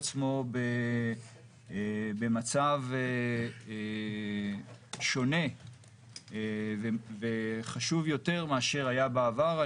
עצמו במצב שונה וחשוב יותר מאשר היה בעבר.